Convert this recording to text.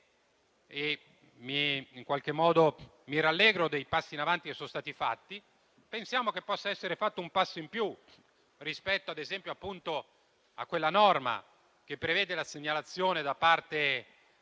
consapevoli. Mi rallegro dei passi in avanti che sono stati fatti, ma pensiamo che possa essere fatto un passo in più, rispetto ad esempio alla norma che prevede la segnalazione da parte delle